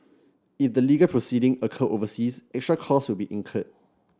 if the legal proceeding occur overseas extra costs will be incurred